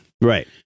Right